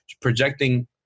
projecting